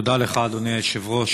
תודה לך, אדוני היושב-ראש.